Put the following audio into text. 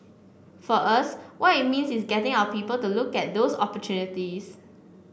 for us what it means is getting our people to look at those opportunities